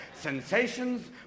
sensations